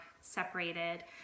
separated